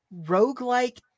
Roguelike